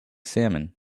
salmon